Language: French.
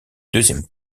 deuxième